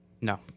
no